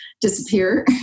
disappear